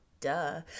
Duh